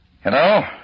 Hello